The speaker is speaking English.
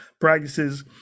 practices